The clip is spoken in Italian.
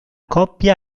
coppia